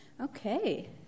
Okay